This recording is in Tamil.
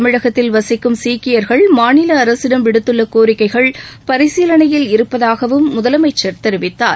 தமிழகத்தில் வசிக்கும் சீக்கியர்கள் மாநில அரசிடம் விடுத்துள்ள கோரிக்கைகள் பரிசீலனையில் இருப்பதாகவும் முதலமைச்சர் தெரிவித்தார்